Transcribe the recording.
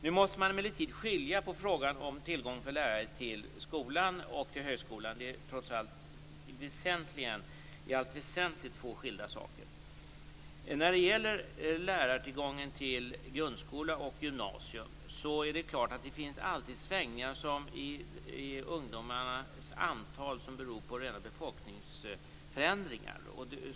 Nu måste man emellertid skilja på frågan om tillgång på lärare till skolan och till högskolan. Det är i allt väsentligt två skilda saker. När det gäller lärartillgången i grundskola och gymnasium vill jag säga att det alltid finns svängningar i ungdomarnas antal som beror på rena befolkningsförändringar.